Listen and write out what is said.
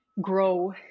grow